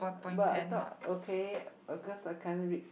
but I thought okay uh cause I can't read